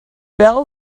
bell